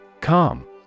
Calm